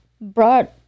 brought